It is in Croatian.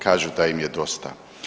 Kažu da im je dosta.